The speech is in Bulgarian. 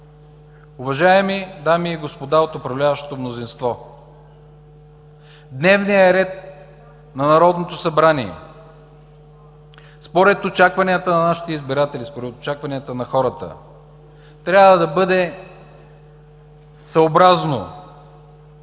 Уважаеми дами и господа от управляващото мнозинство, дневният ред на Народното събрание според очакванията на нашите избиратели, според очакванията на хората трябва да бъде съобразен